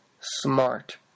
Smart